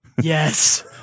Yes